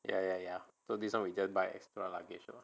ya ya ya so this one we just buy extra luggage lor